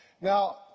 Now